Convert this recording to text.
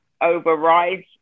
overrides